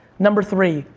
number three,